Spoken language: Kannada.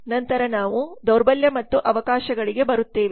ನಂತರ ನಾವು ದೌರ್ಬಲ್ಯ ಮತ್ತು ಅವಕಾಶಗಳಿಗೆ ಬರುತ್ತೇವೆ